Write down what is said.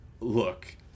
look